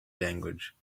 language